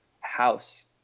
house